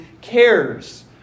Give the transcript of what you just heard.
cares